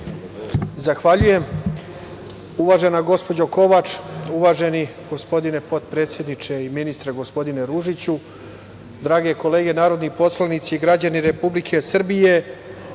Zahvaljujem, uvažena gospođo Kovač. Uvaženi gospodine potpredsedniče i ministre, gospodine Ružiću, drage kolege narodni poslanici i građani Republike Srbije,